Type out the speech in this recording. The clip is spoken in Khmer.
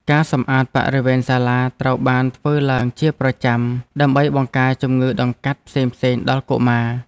ការសម្អាតបរិវេណសាលាត្រូវបានធ្វើឡើងជាប្រចាំដើម្បីបង្ការជំងឺដង្កាត់ផ្សេងៗដល់កុមារ។